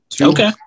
Okay